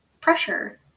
pressure